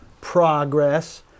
progress